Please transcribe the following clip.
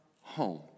home